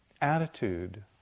attitude